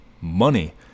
Money